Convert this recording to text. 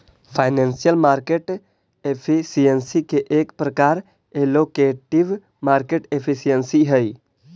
financial market efficiency के एक प्रकार एलोकेटिव मार्केट एफिशिएंसी हई